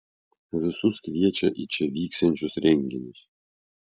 visus kviečia į čia vyksiančius renginius